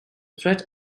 threat